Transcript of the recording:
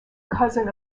cousin